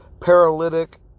paralytic